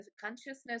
consciousness